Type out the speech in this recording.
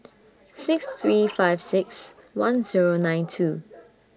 six three five six one Zero nine two